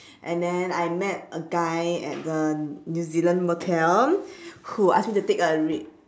and then I met a guy at the new zealand motel who asked me to take a ri~